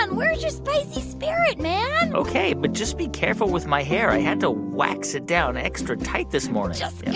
and where's your spicy spirit, man? ok, but just be careful with my hair. i had to wax it down extra tight this morning just and